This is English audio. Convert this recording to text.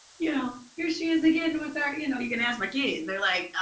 you know here she is again with our, you know. you can ask my kids. they're like,